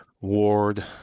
Ward